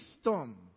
storm